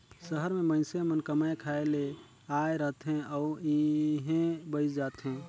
सहर में मइनसे मन कमाए खाए ले आए रहथें अउ इहें बइस जाथें